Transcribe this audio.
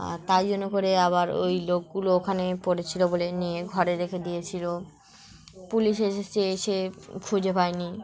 আর তাই জন্য করে আবার ওই লোকগুলো ওখানে পড়েছিলো বলে নিয়ে ঘরে রেখে দিয়েছিলো পুলিশ এসেছে এসে খুঁজে পায়নি